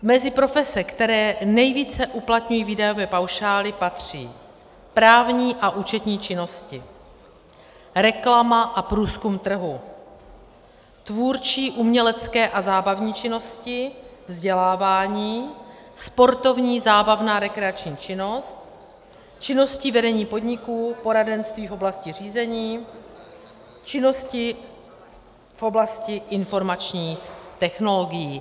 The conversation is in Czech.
Mezi profese, které nejvíce uplatňují výdajové paušály, patří právní a účetní činnosti, reklama a průzkum trhu, tvůrčí umělecké a zábavní činnosti, vzdělávání, sportovní zábavná rekreační činnost, činnosti vedení podniků, poradenství v oblasti řízení, činnosti v oblasti informačních technologií.